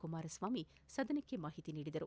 ಕುಮಾರಸ್ವಾಮಿ ಸದನಕ್ಕೆ ಮಾಹಿತಿ ನೀಡಿದರು